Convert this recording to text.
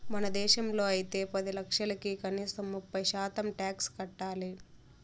మన దేశంలో అయితే పది లక్షలకి కనీసం ముప్పై శాతం టాక్స్ కట్టాలి